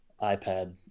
iPad